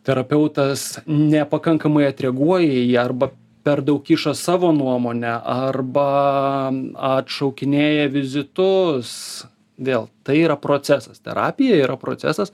terapeutas nepakankamai atreaguoja į jį arba per daug kiša savo nuomonę arba atšaukinėja vizitus vėl tai yra procesas terapija yra procesas